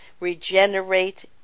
regenerate